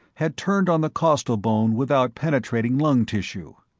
had turned on the costal bone without penetrating lung tissue.